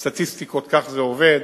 סטטיסטיקות, כך זה עובד.